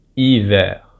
Hiver